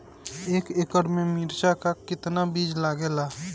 एक एकड़ में मिर्चा का कितना बीज लागेला?